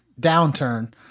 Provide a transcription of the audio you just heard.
downturn